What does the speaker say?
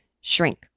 shrink